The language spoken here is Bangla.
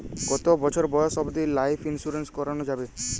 কতো বছর বয়স অব্দি লাইফ ইন্সুরেন্স করানো যাবে?